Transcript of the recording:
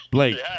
Blake